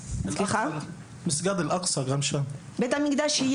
אוקיי, גם בית המקדש השלישי